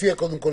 קיים.